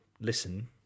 listen